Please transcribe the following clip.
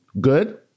good